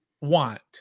want